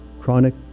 Chronic